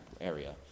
area